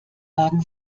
wagen